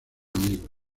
amigos